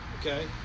okay